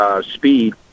speed